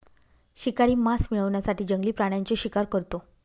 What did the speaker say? शिकारी मांस मिळवण्यासाठी जंगली प्राण्यांची शिकार करतो